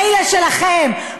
מילא שלכם,